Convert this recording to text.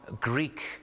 Greek